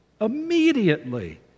immediately